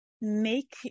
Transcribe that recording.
Make